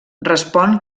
respon